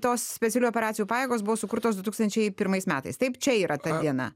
tos specialių operacijų pajėgos buvo sukurtos du tūkstančiai pirmais metais taip čia yra ta diena